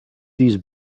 these